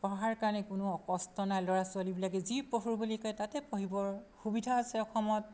পঢ়াৰ কাৰণে কোনো অকষ্ট নাই ল'ৰা ছোৱালীবিলাকে যি পঢ়ো বুলি কয় তাতে পঢ়িবৰ সুবিধা আছে অসমত